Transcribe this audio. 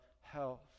health